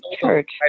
church